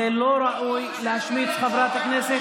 זה לא ראוי להשמיץ חברת כנסת,